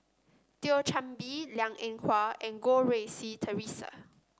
Thio Chan Bee Liang Eng Hwa and Goh Rui Si Theresa